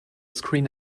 screen